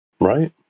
Right